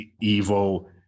evil